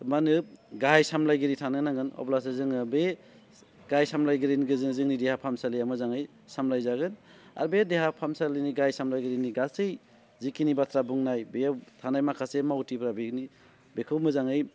मा होनो गाहाइ सामलायगिरि थानो नांगोन अब्लासो जोङो बे गाहाइ सामलायगिरिनि गेजेरजों जोंनि देहा फाहामसालिया मोजाङै सामलायजागोन आरो बे देहा फाहामसालिनि गाहाइ सामलायगिरिनि गासै जिखिनि बाथ्रा बुंनाय बेयाव थानाय माखासे मावथिफोरा बिनि बेखौ मोजाङै